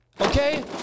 Okay